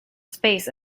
space